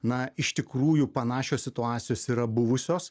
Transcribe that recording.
na iš tikrųjų panašios situacijos yra buvusios